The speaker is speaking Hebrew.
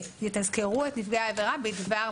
שיתזכרו את נפגעי העבירה בשינויים.